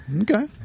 Okay